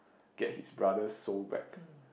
get his brother's soul back